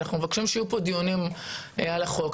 אנחנו מבקשים שיהיו פה דיונים על החוק.